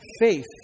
faith